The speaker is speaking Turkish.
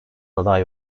aday